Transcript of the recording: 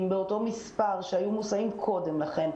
באותם מספרים שהיו מוסעים קודם לכן,